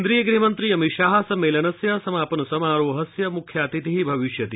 केन्द्रीय गृहमन्त्री अमितशाह सम्मेलनस्य समापन समारोहस्य मुख्यातिथि भविष्यति